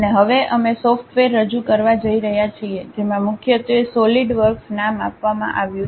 અને હવે અમે સોફ્ટવેર રજૂ કરવા જઈ રહ્યા છીએ જેમાં મુખ્યત્વે સોલિડવર્ક્સ નામ આપવામાં આવ્યું છે